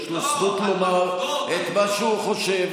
יש לו זכות את מה שהוא חושב.